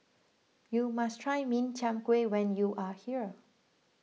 you must try Min Chiang Kueh when you are here